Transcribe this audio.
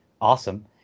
awesome